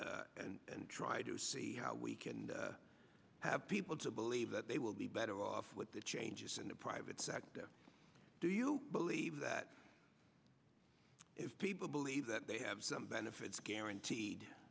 and try to see how we can have people to believe that they will be better off with the changes in the private sector do you believe that if people believe that they have some benefits guaranteed